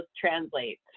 translate